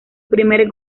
primer